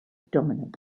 dominance